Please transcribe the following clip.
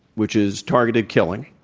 which is targeted killing.